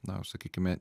na sakykime